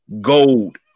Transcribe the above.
gold